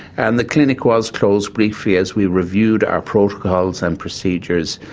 and the clinic was closed briefly as we reviewed our protocols and procedures,